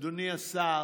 אדוני השר,